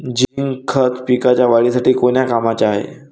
Zinc खत पिकाच्या वाढीसाठी कोन्या कामाचं हाये?